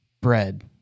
bread